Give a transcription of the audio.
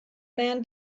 man